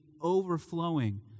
overflowing